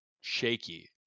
shaky